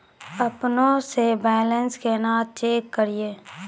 अपनों से बैलेंस केना चेक करियै?